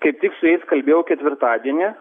kaip tik su jais kalbėjau ketvirtadienį